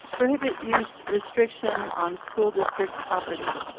prohibit use restriction on school district property.